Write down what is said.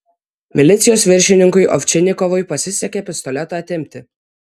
milicijos viršininkui ovčinikovui pasisekė pistoletą atimti